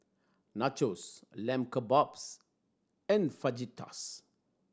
Nachos Lamb Kebabs and Fajitas